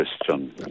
question